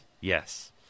yes